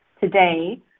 today